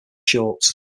shorts